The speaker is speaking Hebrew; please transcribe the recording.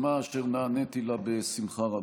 יוזמה אשר נעניתי לה בשמחה רבה.